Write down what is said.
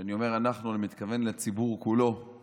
כשאני אומר "אנחנו" אני מתכוון לציבור כולו, עם